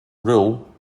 rule